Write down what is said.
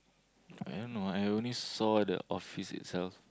I don't know I only saw the office itself